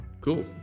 cool